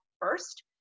first